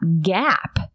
gap